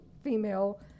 female